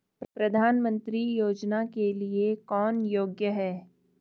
प्रधानमंत्री योजना के लिए कौन योग्य है?